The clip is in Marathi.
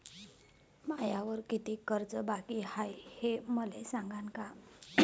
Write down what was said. मायावर कितीक कर्ज बाकी हाय, हे मले सांगान का?